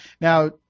Now –